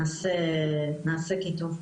נעשה כי טוב.